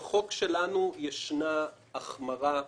בחוק שלנו ישנה החמרה,